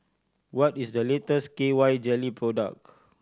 what is the latest K Y Jelly product